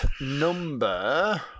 number